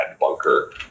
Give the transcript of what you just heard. bunker